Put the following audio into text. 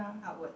outward